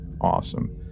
awesome